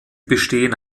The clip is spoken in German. bestehen